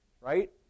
Right